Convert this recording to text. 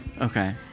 Okay